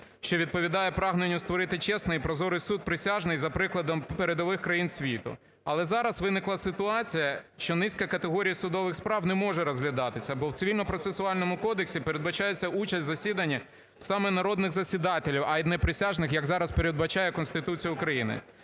що відповідає прагненню створити чесний і прозорий суд присяжних за прикладом передових країн світу. Але зараз виникла ситуація, що низка категорій судових справ не може розглядатися, бо в Цивільному процесуальному кодексі передбачається участь у засіданнях саме народних засідателів, а не присяжних, як зараз передбачає Конституція України.